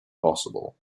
possible